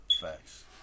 Facts